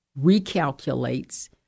recalculates